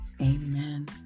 Amen